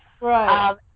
Right